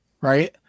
right